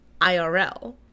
IRL